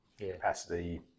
capacity